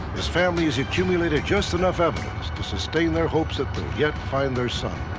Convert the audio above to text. his family has accumulated just enough evidence to sustain their hopes but yet find their son.